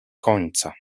końca